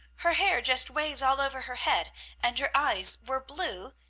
her hair just waves all over her head and her eyes were blue,